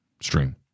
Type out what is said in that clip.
stream